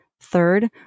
Third